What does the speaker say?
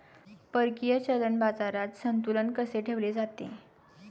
परकीय चलन बाजारात संतुलन कसे ठेवले जाते?